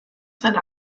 seine